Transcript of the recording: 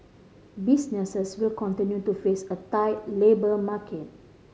businesses will continue to face a tight labour market